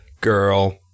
girl